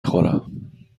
خورم